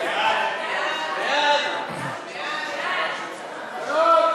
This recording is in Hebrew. ההצעה להעביר